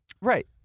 Right